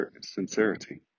sincerity